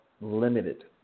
Limited